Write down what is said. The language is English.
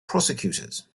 prosecutors